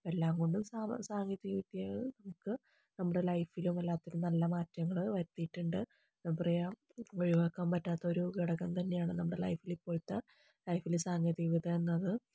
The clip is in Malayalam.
എല്ലാംകൊണ്ടും സാ സാങ്കേതികവിദ്യ ഇപ്പോൾ നമ്മുടെ ലൈഫിൽ വല്ലാത്തൊരു നല്ല മാറ്റങ്ങൾ വരുത്തിയിട്ടുണ്ട് ഇപ്പോൾ എന്താ പറയുക ഒഴിവാക്കാൻ പറ്റാത്ത ഒരു ഘടകം തന്നെയാണ് നമ്മുടെ ലൈഫിൽ ഇപ്പോഴത്തെ ലൈഫിൽ സാങ്കേതിക വിദ്യ എന്നത്